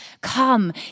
come